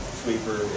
sweeper